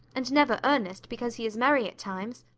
and never earnest, because he is merry at times.